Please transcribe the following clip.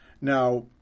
Now